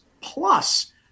plus